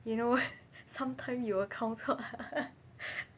you know sometimes you will count 错：cuo